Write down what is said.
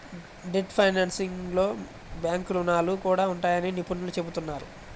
debt ఫైనాన్సింగ్లో bank రుణాలు కూడా ఉంటాయని నిపుణులు చెబుతున్నారు